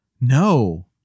No